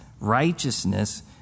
righteousness